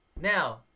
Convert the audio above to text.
Now